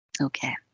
Okay